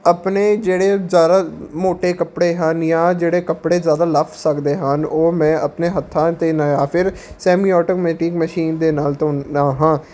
ਆਪਣੇ ਜਿਹੜੇ ਜ਼ਿਆਦਾ ਮੋਟੇ ਕੱਪੜੇ ਹਨ ਜਾਂ ਜਿਹੜੇ ਕੱਪੜੇ ਜ਼ਿਆਦਾ ਲਫ ਸਕਦੇ ਹਨ ਉਹ ਮੈਂ ਆਪਣੇ ਹੱਥਾਂ ਅਤੇ ਨਾ ਜਾਂ ਫਿਰ ਸੈਮੀ ਆਟੋਮੈਟਿਕ ਮਸ਼ੀਨ ਦੇ ਨਾਲ ਧੋਂਦਾ ਹਾਂ